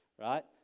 right